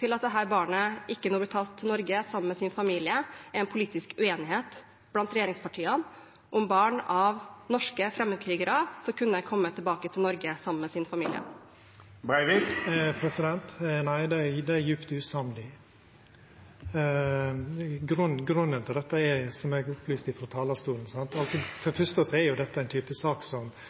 til at dette barnet nå ikke blir tatt med til Norge sammen med sin familie, er en politisk uenighet blant regjeringspartiene om hvorvidt barn av norske fremmedkrigere skal kunne komme tilbake til Norge sammen med sin familie? Nei, det er eg djupt usamd i. Grunnen til dette er det eg opplyste om frå talarstolen. For det